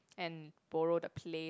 and borrow the pla~